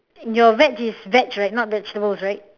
your veg is veg right not vegetables right